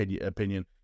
opinion